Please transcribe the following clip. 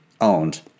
owned